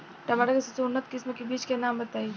टमाटर के सबसे उन्नत किस्म के बिज के नाम बताई?